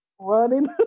running